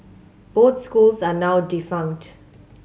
both schools are now defunct